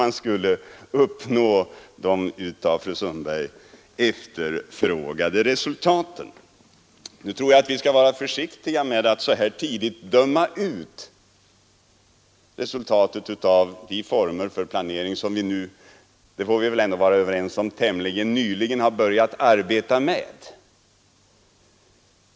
Nu tror jag att vi skall vara försiktiga med att så här tidigt döma ut resultatet av de former för planering som vi nu — det får vi väl vara överens om — tämligen nyligen har börjat arbeta med.